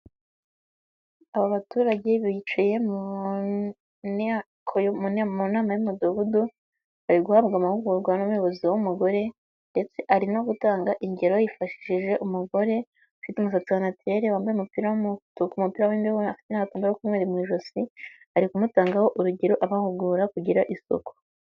Aba baturage bicaye mu nama y'umudugudu, bari guhabwa amahugurwa n'umuyobozi w'umugore ndetse ari no gutanga ingero yifashishije umugore ufite umusatsi wa naturele wambaye umupira w'umutuku, umupira uriho n'agakomo k'umweru mu ijosi, ari kumutangaho urugero abahugura kugira isuku.